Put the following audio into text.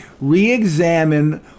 Re-examine